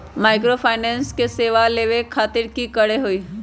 Microfinance के सेवा लेबे खातीर की करे के होई?